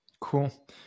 Cool